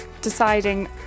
deciding